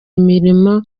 imirimo